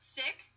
sick